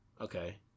Okay